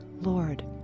Lord